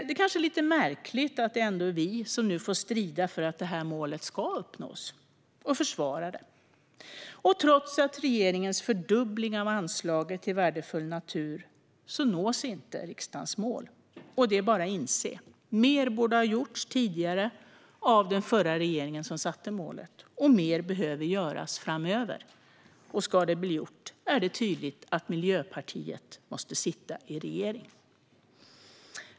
Det är kanske lite märkligt att det ändå är vi som får strida för att etappmålet ska uppnås och försvara det. Trots regeringens fördubbling av anslaget Åtgärder för värdefull natur nås inte riksdagens mål. Det är bara att inse att mer borde ha gjorts tidigare av den förra regeringen, som satte målet, och mer behöver göras framöver. Ska det bli gjort är det tydligt att Miljöpartiet måste sitta i regeringen.